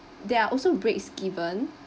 there are also breaks given